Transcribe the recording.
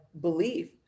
belief